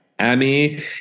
Amy